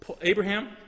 Abraham